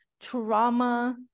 trauma